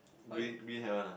green green have one lah